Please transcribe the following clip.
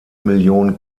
million